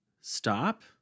stop